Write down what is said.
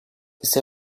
ise